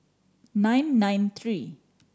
nine nine three